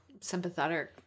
sympathetic